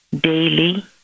daily